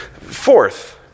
Fourth